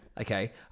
Okay